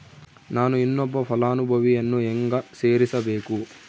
ನಾನು ಇನ್ನೊಬ್ಬ ಫಲಾನುಭವಿಯನ್ನು ಹೆಂಗ ಸೇರಿಸಬೇಕು?